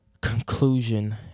conclusion